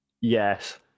Yes